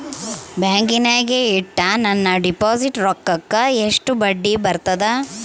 ಬ್ಯಾಂಕಿನಾಗ ಇಟ್ಟ ನನ್ನ ಡಿಪಾಸಿಟ್ ರೊಕ್ಕಕ್ಕ ಎಷ್ಟು ಬಡ್ಡಿ ಬರ್ತದ?